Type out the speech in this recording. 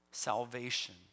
Salvation